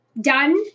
done